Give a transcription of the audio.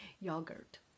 yogurt